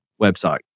website